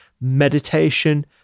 meditation